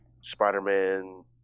Spider-Man